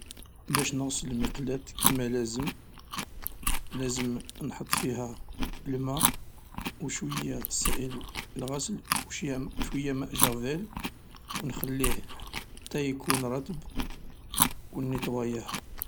باش نغسل المقلاة كما لازم ، لازم نخدم فيها الماء و شويا سائل الغسل شويا ماء جافيل ونخليه حتى يكون رطب و نيطواييه.